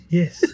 yes